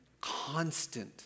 constant